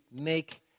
make